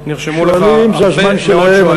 נרשמו לך הרבה מאוד שואלים.